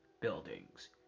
buildings